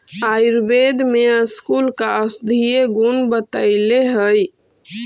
आयुर्वेद में स्कूल का औषधीय गुण बतईले हई